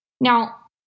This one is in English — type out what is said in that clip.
Now